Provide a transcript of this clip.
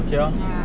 ya